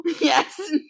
Yes